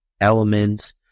elements